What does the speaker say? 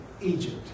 Egypt